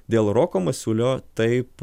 dėl roko masiulio taip